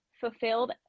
fulfilled